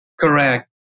correct